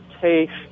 taste